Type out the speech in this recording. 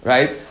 Right